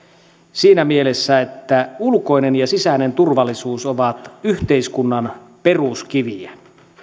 siinä mielessä että ulkoinen ja sisäinen turvallisuus ovat yhteiskunnan peruskiviä